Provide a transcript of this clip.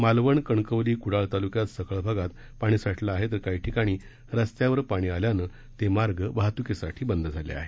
मालवण कणकवली कुडाळ तालुक्यात सखल भागात पाणी साठलं आहे तर काही ठिकाणी रस्त्यावर पाणी आल्यानं ते मार्ग वाहतुकीसाठी बंद झाले आहेत